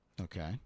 Okay